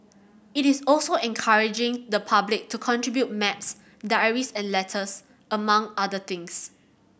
it is also encouraging the public to contribute maps diaries and letters among other things